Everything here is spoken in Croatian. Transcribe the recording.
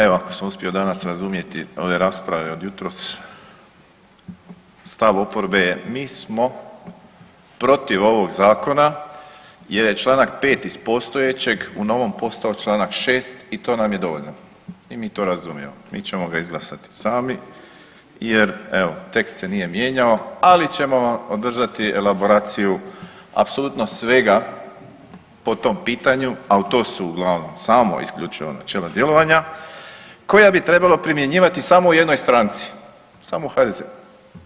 Evo ako sam uspio danas razumjeti ove rasprave od jutros stav oporbe je mi smo protiv ovog zakona jer je čl. 5. iz postojećeg u novom postao čl. 6. i to nam je dovoljno i mi to razumijemo i mi ćemo ga izglasati sami jer evo tekst se nije mijenjao, ali ćemo vam održati elaboraciju apsolutno svega po tom pitanju, a to su uglavnom samo isključivo načela djelovanja koja bi trebalo primjenjivati samo u jednoj stranci, samo u HDZ-u.